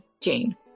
Jane